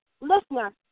listener